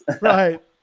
Right